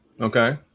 Okay